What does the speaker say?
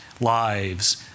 lives